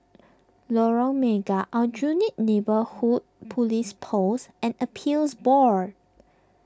Lorong Mega Aljunied Neighbourhood Police Post and Appeals Board